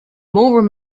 more